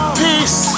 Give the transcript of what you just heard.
peace